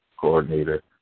coordinator